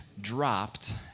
dropped